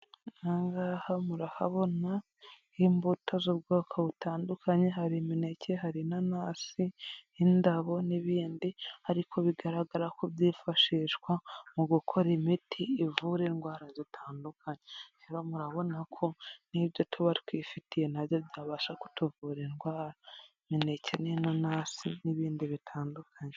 Ahangaha murahabona imbuto z'ubwoko butandukanye, hari imineke, hari inanasi, indabo n'ibindi ariko bigaragara ko byifashishwa mu gukora imiti ivura indwara zitandukanye. Rero murabona ko n'ibyo tuba twifitiye nabyo byabasha kutuvura indwara, imineke n'inanasi n'ibindi bitandukanye.